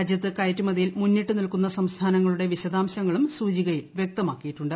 രാജ്യത്ത് കയറ്റുമതിയിൽ മുന്നിട്ട് നിൽക്കുന്ന സംസ്ഥാനങ്ങളുടെ വിശദാംശങ്ങളും സൂചികയിൽ വ്യക്തമാക്കിയിട്ടുണ്ട്